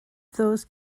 those